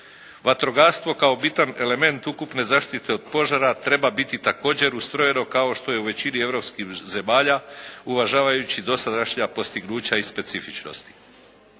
Vatrogastvo kao bitan element ukupne zaštite od požara treba biti također ustrojeno kao što je u većini europskih zemalja uvažavajući dosadašnja postignuća i specifičnosti.